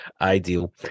Ideal